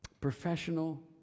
professional